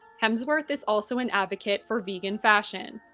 hemsworth is also an advocate for vegan fashion.